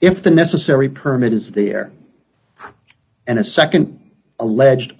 if the necessary permit is there and a nd alleged